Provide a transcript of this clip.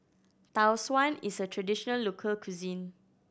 Tau Suan is a traditional local cuisine